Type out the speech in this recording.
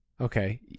Okay